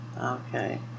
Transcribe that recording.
Okay